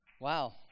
Wow